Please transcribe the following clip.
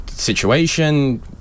situation